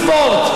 ספורט.